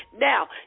Now